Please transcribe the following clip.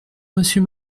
monsieur